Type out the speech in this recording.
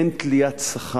אין תליית שכר